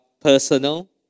personal